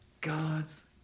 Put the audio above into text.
God's